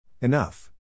Enough